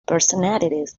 personalities